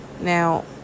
Now